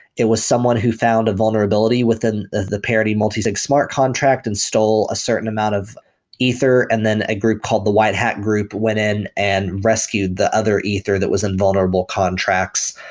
it was someone who found a vulnerability within the the parody multisig smart contract and stole a certain amount of ether and then a group called, the white hat group, went in and rescued the other ether that was in vulnerable contracts.